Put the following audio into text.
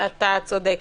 אתה צודק.